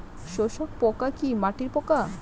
শোষক পোকা কি মাটির পোকা?